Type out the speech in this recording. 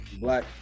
Black